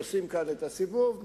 עושים כאן את הסיבוב,